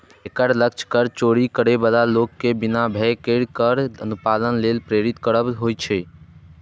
एकर लक्ष्य कर चोरी करै बला लोक कें बिना भय केर कर अनुपालन लेल प्रेरित करब होइ छै